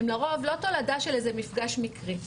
הן לרוב לא תולדה של איזה מפגש מקרי.